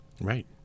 right